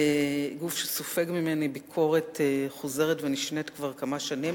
גוף שסופג ממני ביקורת חוזרת ונשנית כבר כמה שנים,